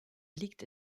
liegt